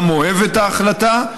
גם אוהב את ההחלטה.